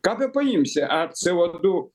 ką bepaimsi ar c o du